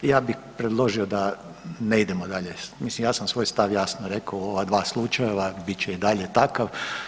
Ja bi predložio da ne idemo dalje, mislim ja sam svoj stav jasno rekao u ova dva slučajeva, bit će i dalje takav.